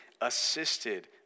assisted